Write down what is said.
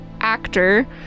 actor